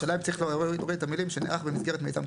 השאלה אם צריך להוריד את המילים "שנערך במסגרת מיזם תשתית".